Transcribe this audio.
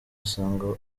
asanga